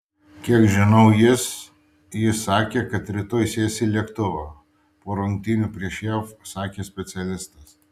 kiek žinau jis jis sakė kad rytoj sės į lėktuvą po rungtynių prieš jav sakė specialistas